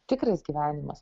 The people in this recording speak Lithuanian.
tikras gyvenimas